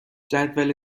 جدول